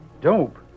Dope